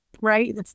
right